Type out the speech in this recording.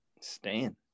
Stan